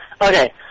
Okay